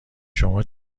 شما